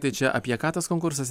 čia apie ką tas konkursas